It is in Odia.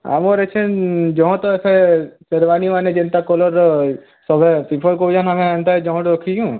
ଆମର୍ ଏଛେନ୍ ଜହ ତ ଏ ଫେର୍ ସେର୍ୱାନି ମାନେ ଯେନ୍ତା କଲର୍ର ସଭେ ପ୍ରିଫର୍ କରୁଛନ୍ ଆମେ ଏନ୍ତା ଜହ'ଟା ରଖିଛୁଁ